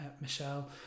Michelle